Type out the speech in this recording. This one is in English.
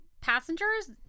passengers